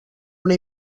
una